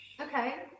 okay